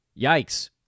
Yikes